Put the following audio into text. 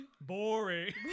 boring